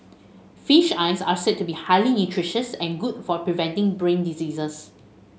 fish eyes are said to be highly nutritious and good for preventing brain diseases